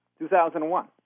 2001